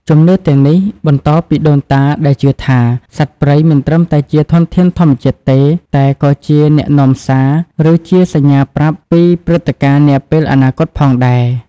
ជំនឿទាំងនេះបន្តពីដូនតា ដែលជឿថា សត្វព្រៃមិនត្រឹមតែជាធនធានធម្មជាតិទេ តែក៏ជាអ្នកនាំសារ ឬជាសញ្ញាប្រាប់ពីព្រឹត្តិការណ៍នាពេលអនាគតផងដែរ។